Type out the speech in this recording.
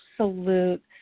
absolute